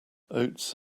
oats